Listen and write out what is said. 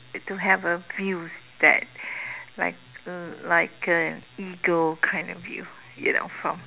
to have a views that like uh like an eagle kind of view you know from